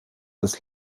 das